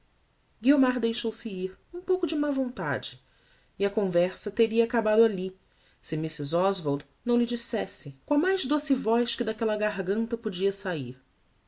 deixou-se ir um pouco de má vontade e a conversa teria acabado alli se mrs oswald não lhe dissesse com a mais doce voz que daquella garganta podia sair